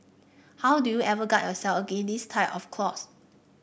how do you ever guard yourself against this type of clause